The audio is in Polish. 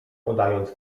podając